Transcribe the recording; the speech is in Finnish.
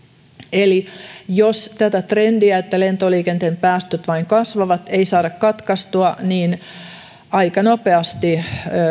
eli jos tätä trendiä että lentoliikenteen päästöt vain kasvavat ei saada katkaistua niin aika nopeasti